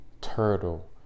turtle